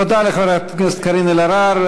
תודה לחברת הכנסת קארין אלהרר.